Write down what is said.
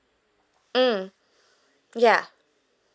mm ya